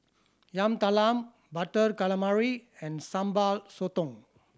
Yam Talam Butter Calamari and Sambal Sotong